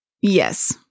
Yes